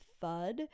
thud